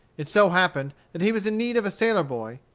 it so happened that he was in need of a sailor-boy,